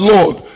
Lord